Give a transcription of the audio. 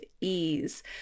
ease